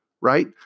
right